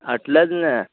અટલે જ ને